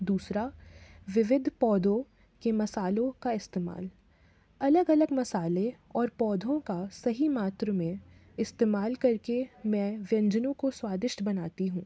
दूसरा विविध पौधों के मसालों का इस्तेमाल अलग अलग मसाले और पौधों का सही मात्र में इस्तेमाल करके मैं व्यंजनों को स्वादिष्ट बनाती हूँ